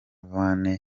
van